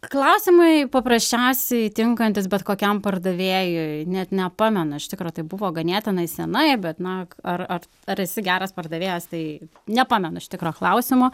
klausimai paprasčiausiai tinkantys bet kokiam pardavėjui net nepamenu iš tikro tai buvo ganėtinai senai bet na ar ar ar esi geras pardavėjas tai nepamenu iš tikro klausimo